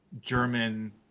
German